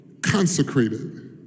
Consecrated